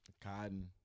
Cotton